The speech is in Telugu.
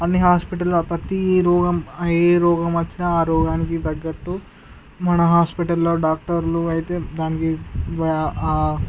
అన్నీ హాస్పిటల్లో ప్రతీ రోగం ఏ రోగమొచ్చిన ఆ రోగానికి తగ్గట్టు మన హాస్పిటల్లో డాక్టర్లు అయితే దానికి వ్యా